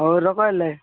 ହଉ ରଖ ହେଲେ